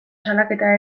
salaketa